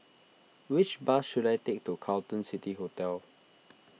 which bus should I take to Carlton City Hotel